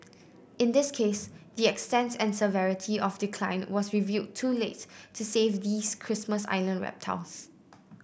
in this case the extent and severity of decline was revealed too late to save these Christmas Island reptiles